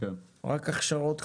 רק הכשרות חדשות.